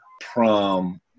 prom